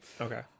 Okay